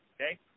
Okay